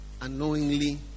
unknowingly